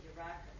Iraq